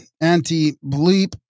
anti-bleep